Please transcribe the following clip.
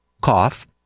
cough